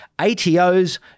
ATO's